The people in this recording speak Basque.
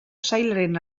sailaren